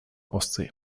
ostsee